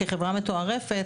כחברה מתוערפת,